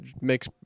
makes